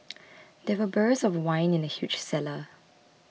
there were barrels of wine in the huge cellar